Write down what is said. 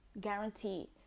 guarantee